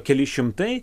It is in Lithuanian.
keli šimtai